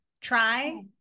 try